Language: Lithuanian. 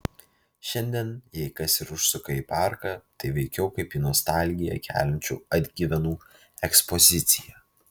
šiandien jei kas ir užsuka į parką tai veikiau kaip į nostalgiją keliančių atgyvenų ekspoziciją